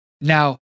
Now